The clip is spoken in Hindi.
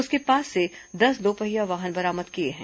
उसके पास से दस दोपहिया वाहन बरामद किए गए हैं